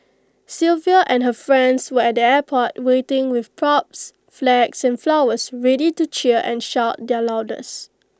Sylvia and her friends were at the airport waiting with props flags and flowers ready to cheer and shout their loudest